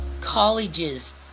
colleges